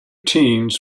teens